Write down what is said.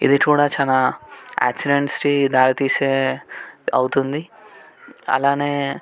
ఇది కూడా చాలా యాక్సిడెంట్స్కి దారి తీసే అవుతుంది అలానే